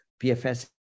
PFS